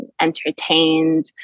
entertained